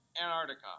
Antarctica